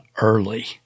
early